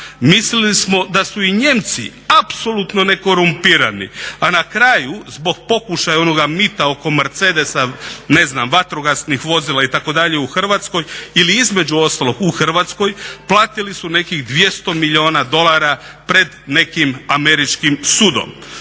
Mislili smo da su i Nijemci apsolutno ne korumpirani, a na kraju zbog pokušaja onoga mita oko Mercedesa, vatrogasnih vozila itd. u Hrvatskoj ili između ostalog u Hrvatskoj platili su nekih 200 milijuna dolara pred nekim američkim sudom.